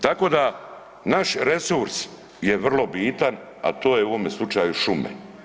Tako da naš resurs je vrlo bitan, a to je u ovom slučaju šume.